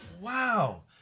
Wow